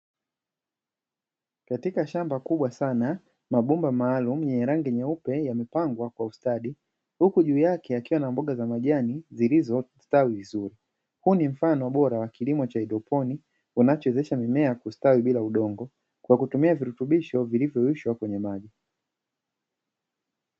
Katika shamba kubwa sana mabomba maalumu yenye rangi nyeupe yamepangwa kwa ustadi, huku juu yake yakiwa na mboga za majani zilizostawi vizuri. Huu ni mfano bora wa kilimo cha haidroponiki kinachowezesha mimea kustawi bila kutumia udongo, kwa kutiumia virutubisho vilivvyoyeyushwa kwenye maji.